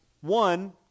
one